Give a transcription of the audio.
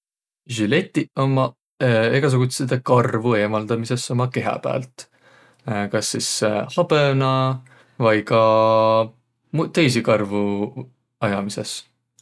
Siletiq ummaq egäsugutsidõ karvo eemaldämises uma kihä päält. Kas sis habõnaq vai ka mu- tõisi karvu ajamisõs.